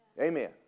Amen